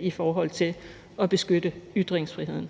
i forhold til at beskytte ytringsfriheden.